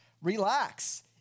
Relax